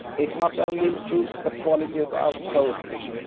it not only improves the quality of our poetry,